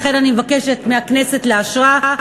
לכן אני מבקשת מהכנסת לאשרה.